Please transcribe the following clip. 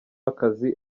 akazi